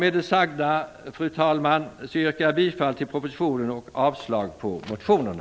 Med det sagda yrkar jag bifall till propositionen och avslag på motionerna.